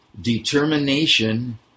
determination